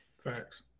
Facts